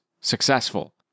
successful